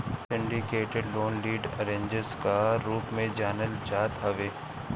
syndicated loan lead arrangers कअ रूप में जानल जात हवे